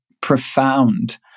profound